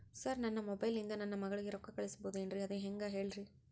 sir ನನ್ನ mobile ಇಂದ ನನ್ನ ಮಗಳಿಗೆ ರೊಕ್ಕಾ ಕಳಿಸಬಹುದೇನ್ರಿ ಅದು ಹೆಂಗ್ ಹೇಳ್ರಿ